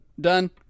done